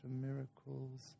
miracles